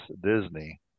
Disney